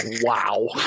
Wow